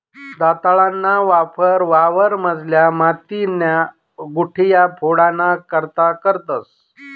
दंताळाना वापर वावरमझारल्या मातीन्या गुठया फोडाना करता करतंस